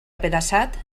apedaçat